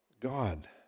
God